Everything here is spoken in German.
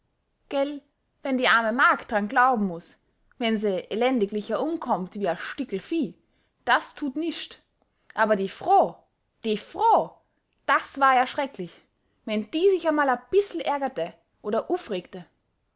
gell wenn die arme magd dran glauben muß wenn se elendiglicher umkommt wie a stickel vieh das tut nischt aber die froo die froo das war ja schrecklich wenn die sich amal a bissel ärgerte oder uffregte